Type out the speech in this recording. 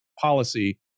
policy